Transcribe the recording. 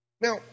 Now